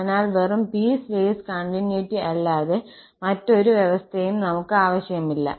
അതിനാൽ വെറും piecewise continuity അല്ലാതെ മറ്റൊരു വ്യവസ്ഥയും നമുക്ക് ആവശ്യമില്ല